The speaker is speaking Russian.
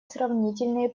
сравнительные